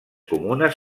comunes